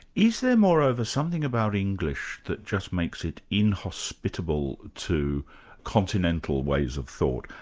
is there moreover, something about english that just makes it inhospitable to continental ways of thought?